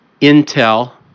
Intel